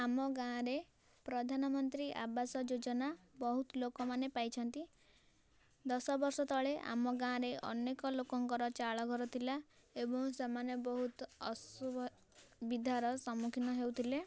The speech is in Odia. ଆମ ଗାଁରେ ପ୍ରଧାନ ମନ୍ତ୍ରୀ ଆବାସ ଯୋଜନା ବହୁତ ଲୋକ ମାନେ ପାଇଛନ୍ତି ଦଶ ବର୍ଷ ତଳେ ଆମ ଗାଁରେ ଅନେକ ଲୋକଙ୍କର ଚାଳ ଘର ଥିଲା ଏବଂ ସେମାନେ ବହୁତ ଅସୁବିଧାର ସମ୍ମୁଖୀନ ହେଉଥିଲେ